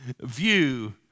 view